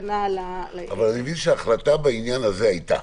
אבל אני מבין שהחלטה בעניין הזה היתה.